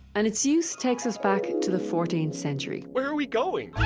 and it's use takes us back to the fourteenth century where are we going?